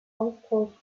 austausch